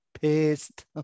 pissed